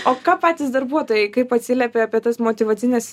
o ką patys darbuotojai kaip atsiliepė apie tas motyvacines